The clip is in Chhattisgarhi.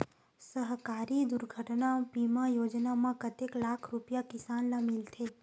सहकारी दुर्घटना बीमा योजना म कतेक लाख रुपिया किसान ल मिलथे?